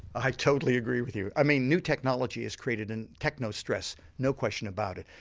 i totally agree with you. i mean new technology is created in techno-stress no question about it.